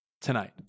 tonight